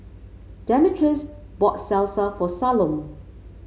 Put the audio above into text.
Demetrius bought Salsa for Salome